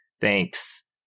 Thanks